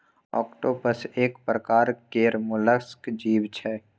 octopus एक परकार केर मोलस्क जीव छै